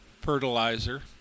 fertilizer